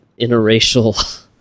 interracial